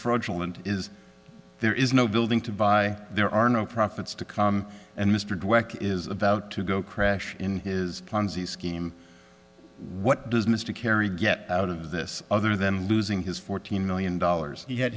fraudulent is there is no building to buy there are no profits to come and mr grech is about to go crash in his ponzi scheme what does mr kerry get out of this other than losing his fourteen million dollars he had